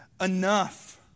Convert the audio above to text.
Enough